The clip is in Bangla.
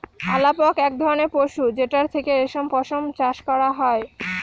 আলাপক এক ধরনের পশু যেটার থেকে রেশম পশম চাষ করা হয়